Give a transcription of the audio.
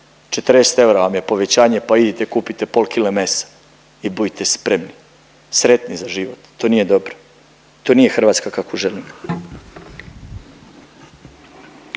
40 eura vam je povećanje pa idite kupite pol kile mesa i budite spremni, sretni za život. To nije dobro. To nije Hrvatska kakvu želimo.